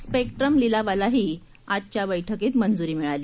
स्पेक्ट्रमलिलावालाहीआजच्याबैठकीतमंजुरीमिळाली